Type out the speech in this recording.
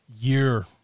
year